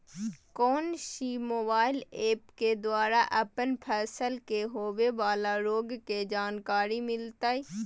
कौन सी mobile app के द्वारा अपन फसल के होबे बाला रोग के जानकारी मिलताय?